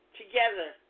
together